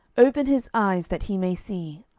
open his eyes, that he may see.